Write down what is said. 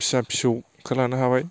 फिसा फिसौखौ लानो हाबाय